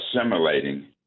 assimilating